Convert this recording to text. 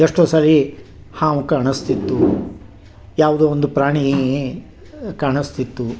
ಎಷ್ಟೋ ಸರಿ ಹಾವು ಕಾಣಿಸ್ತಿತ್ತು ಯಾವುದೋ ಒಂದು ಪ್ರಾಣಿ ಕಾಣಿಸ್ತಿತ್ತು